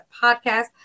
podcast